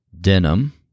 Denim